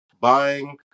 buying